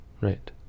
Right